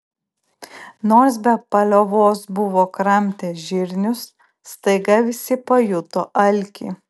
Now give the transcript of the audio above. nors be paliovos buvo kramtę žirnius staiga visi pajuto alkį